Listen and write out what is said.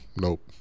nope